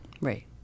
right